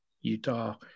Utah